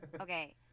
Okay